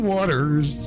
Waters